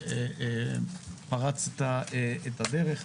שפרץ את הדרך,